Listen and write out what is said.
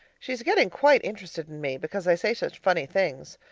she's getting quite interested in me, because i say such funny things.